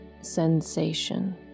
sensation